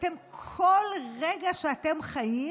וכל רגע שאתם חיים